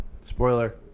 Spoiler